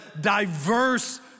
diverse